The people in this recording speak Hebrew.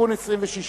(תיקון מס' 26